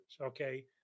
okay